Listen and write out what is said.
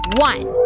one